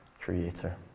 creator